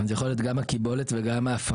זה יכול להיות גם הקיבולת וגם ההפקה.